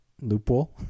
Loophole